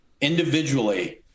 individually